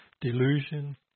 delusion